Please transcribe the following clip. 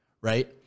right